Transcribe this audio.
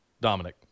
Dominic